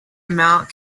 amount